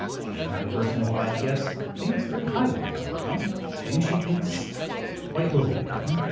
she is not a person who if i had to guess, thinks very highly of donald trump. i think she thinks quite lowly of him.